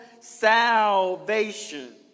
salvation